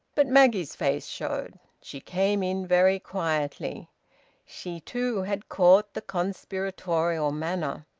but maggie's face showed. she came in very quietly she too had caught the conspiratorial manner.